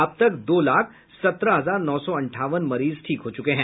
अब तक दो लाख सत्रह हजार नौ सौ अंठावन मरीज ठीक हो चुके हैं